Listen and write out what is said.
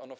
Ono